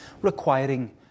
requiring